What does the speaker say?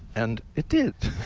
and it did.